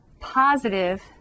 positive